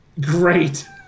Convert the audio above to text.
Great